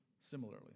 similarly